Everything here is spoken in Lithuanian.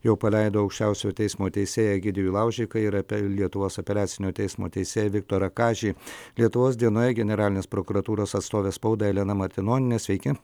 jau paleido aukščiausiojo teismo teisėją egidijų laužiką ir apel lietuvos apeliacinio teismo teisėją viktorą kažį lietuvos dienoje generalinės prokuratūros atstovė spaudai elena martinonienė sveiki